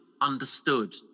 understood